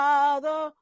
Father